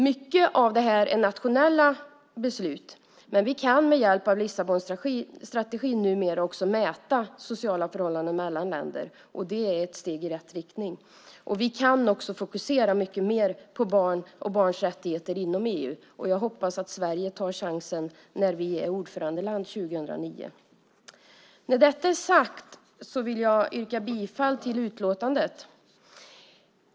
Mycket av detta är nationella beslut, men vi kan med hjälp av Lissabonstrategin numera också mäta sociala förhållanden mellan länder, och det är ett steg i rätt riktning. Vi kan också fokusera mycket mer på barn och barns rättigheter inom EU. Jag hoppas att Sverige tar chansen när vi är ordförandeland 2009. När detta är sagt vill jag yrka bifall till utlåtandet.